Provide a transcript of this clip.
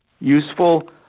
useful